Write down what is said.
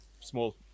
small